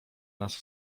nas